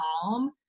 calm